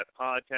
podcast